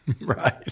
Right